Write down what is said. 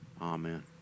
Amen